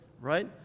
right